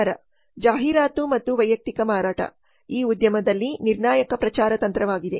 ಪ್ರಚಾರ ಜಾಹೀರಾತು ಮತ್ತು ವೈಯಕ್ತಿಕ ಮಾರಾಟ ಈ ಉದ್ಯಮದಲ್ಲಿ ನಿರ್ಣಾಯಕ ಪ್ರಚಾರ ತಂತ್ರವಾಗಿದೆ